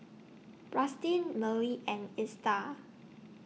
Rustin Mearl and Esta